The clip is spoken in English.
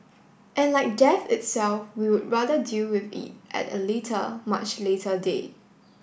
and like death itself we would rather deal with it at a later much later date